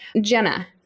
Jenna